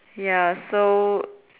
ya so